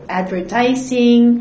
advertising